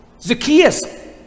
Zacchaeus